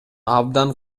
абдан